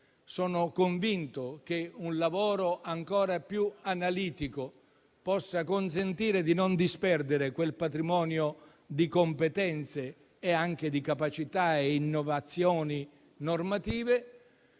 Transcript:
Sono convinto che un lavoro ancora più analitico consenta di non disperdere quel patrimonio di competenze e anche di capacità e innovazioni normative,